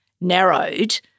narrowed